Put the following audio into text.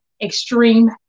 extreme